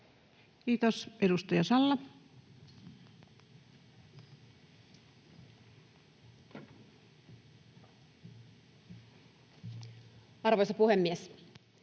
Kiitos. — Edustaja Salla. Arvoisa puhemies!